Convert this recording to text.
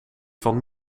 van